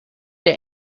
der